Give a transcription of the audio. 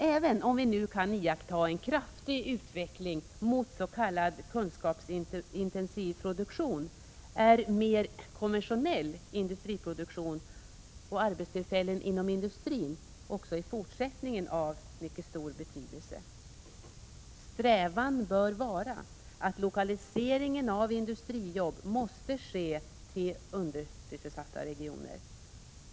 Även om vi nu kan iaktta en kraftig utveckling mot s.k. kunskapsintensiv produktion, är mer konventionell industriproduktion och arbetstillfällen inom industrin också i fortsättningen av mycket stor betydelse. Strävan bör vara att lokaliseringen av industrijobb sker till undersysselsatta regioner.